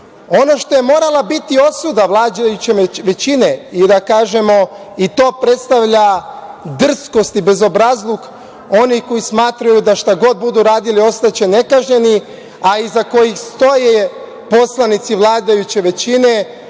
što je morala biti osuda vladajuće većine i da kažemo i to predstavlja drskost i bezobrazluk onih koji smatraju da šta god budu radili ostaće nekažnjeni, a iza kojih stoje poslanici vladajuće većine,